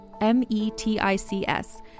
M-E-T-I-C-S